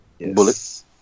Bullet